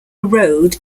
road